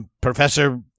Professor